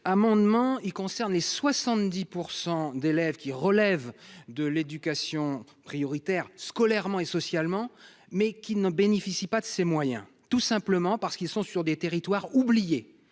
amendement, il concerne et 70 pour 100 d'élèves qui relève de l'éducation prioritaire, scolairement et socialement, mais qui ne bénéficient pas de ces moyens, tout simplement parce qu'ils sont sur des territoires oubliés